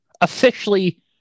officially